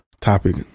topic